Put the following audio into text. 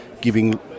giving